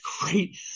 great